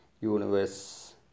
universe